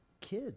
kid